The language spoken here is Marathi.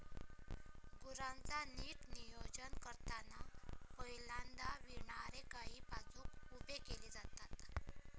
गुरांचा नीट नियोजन करताना पहिल्यांदा विणारे गायी बाजुक उभे केले जातत